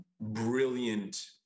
brilliant